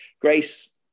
grace